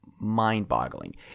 mind-boggling